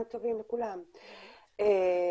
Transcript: אנחנו נשמע עכשיו,